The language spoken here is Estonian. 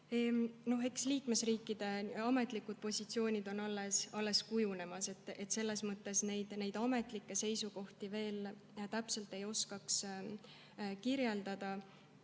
liikmesriikide ametlikud positsioonid on alles kujunemas, nii et selles mõttes ma ametlikke seisukohti veel täpselt ei oska kirjeldada.